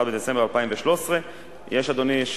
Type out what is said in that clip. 31 בדצמבר 2013. אדוני,